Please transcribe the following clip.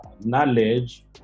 knowledge